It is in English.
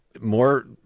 more